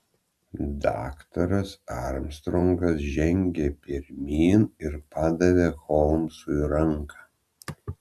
daktaras armstrongas žengė pirmyn ir padavė holmsui ranką